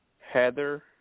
Heather